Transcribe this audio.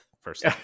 first